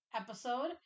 episode